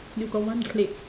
you got one clip